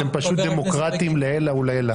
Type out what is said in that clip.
אתם פשוט דמוקרטים לעילא ולעילא.